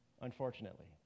unfortunately